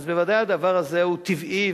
אז בוודאי הדבר הזה הוא טבעי,